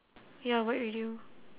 ya white radio